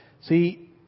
See